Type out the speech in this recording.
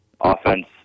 Offense